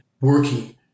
working